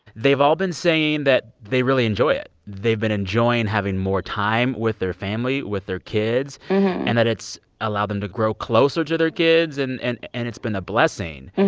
they've all been saying that they really enjoy it. they've been enjoying having more time with their family, with their kids and that it's allowed them to grow closer to their kids. and and and it's been a blessing. and